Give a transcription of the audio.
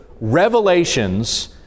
revelations